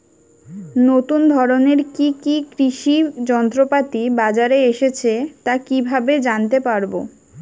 নতুন ধরনের কি কি কৃষি যন্ত্রপাতি বাজারে এসেছে তা কিভাবে জানতেপারব?